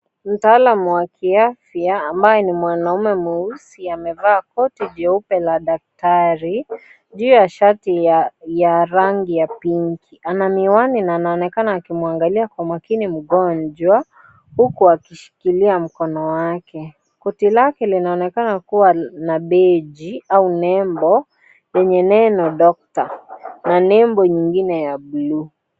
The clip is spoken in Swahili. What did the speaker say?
Mtaalamu wa kiafya ambaye ni mwanaume mweusi amevaa koti jeupe la daktari juu ya shati ya rangi ya pinki ana miwani na anaonekana akimwangalia kwa makini mgonjwa huku akishikilia mkono wake . Koti lake linaonekana kuwa na beji au nembo yenye neno doctor na nembo nyingine ya bluu.